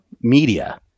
media